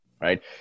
Right